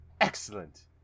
Excellent